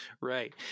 Right